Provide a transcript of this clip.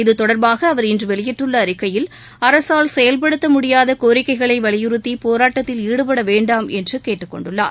இத்தொடர்பாக அவர் இன்று வெளியிட்டுள்ள அறிக்கையில் அரசால் செயல்படுத்த முடியாத கோரிக்கைகளை வலியுறுத்தி போராட்டத்தில் ஈடுபடவேண்டாம் என்று கேட்டுக்கொண்டுள்ளார்